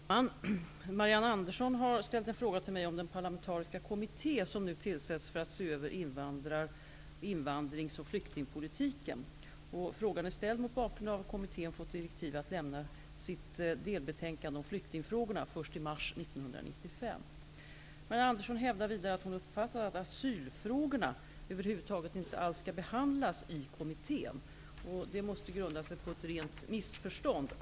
Herr talman! Marianne Andersson har ställt en fråga till mig om den parlamentariska kommitté som nu tillsätts för att se över invandrings och flyktingpolitiken. Frågan är ställd mot bakgrunden att kommittén fått direktiv att lämna sitt delbetänkande om flyktingfrågorna först i mars Marianne Andersson hävdar vidare att hon uppfattat att asylfrågorna över huvud inte alls skall behandlas i kommittén. Detta måste grunda sig på ett rent missförstånd.